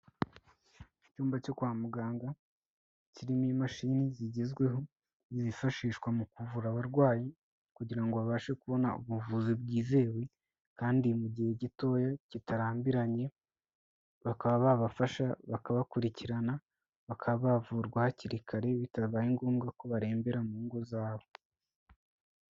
Icyumba cyo kwa muganga kirimo imashini zigezweho zifashishwa mu kuvura abarwayi, kugira ngo babashe kubona ubuvuzi bwizewe kandi mu gihe gitoya kitarambiranye, bakaba babafasha bakabakurikirana, bakaba bavurwa hakiri kare bitabaye ngombwa ko barembera mu ngo zabo.